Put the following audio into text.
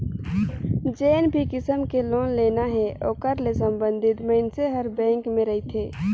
जेन भी किसम के लोन लेना हे ओकर ले संबंधित मइनसे हर बेंक में रहथे